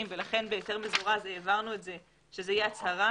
ולכן בהיתר מזורז העברנו את זה שאת תהיה הצהרה,